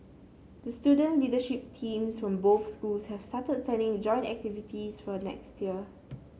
the student leadership teams from both schools have started planning joint activities for next year